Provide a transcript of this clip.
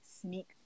sneak